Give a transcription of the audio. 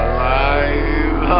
Alive